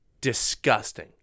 disgusting